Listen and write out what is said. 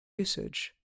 usage